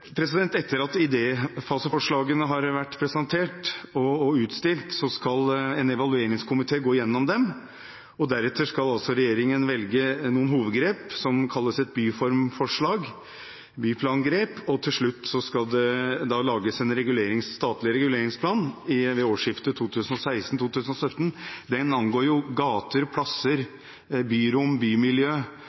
utstilt, skal en evalueringskomité gå igjennom dem. Deretter skal regjeringen velge noen hovedgrep som kalles byformforslag, byplangrep, og til slutt skal det ved årsskiftet 2016/2017 lages en statlig reguleringsplan. Den angår gater, plasser, byrom, bymiljø og ramme rundt bygningene – som plassering, høyde og volumer – men i den